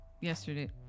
yesterday